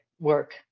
work